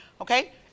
okay